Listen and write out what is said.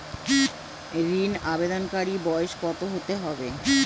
ঋন আবেদনকারী বয়স কত হতে হবে?